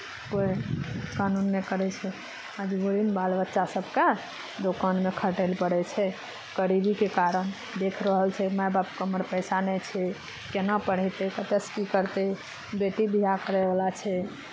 कोइ कानून नहि करै छै मजबूरीमे बाल बच्चा सभकेँ दोकानमे खटय लेल पड़ै छै गरीबीके कारण देख रहल छै माय बापकेँ हमर पैसा नहि छै केना पढ़यतै कतयसँ की करतै बेटी बियाह करयवला छै